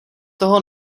toho